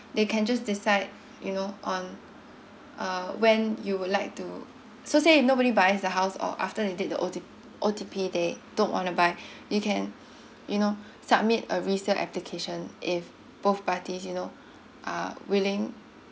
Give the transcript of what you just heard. they can just decide you know on uh when you would like to so say if nobody buys the house or after they did the O T O_T_P they don't wanna buy you can you know submit a resale application if both parties you know are willing